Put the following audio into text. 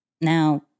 now